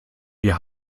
wir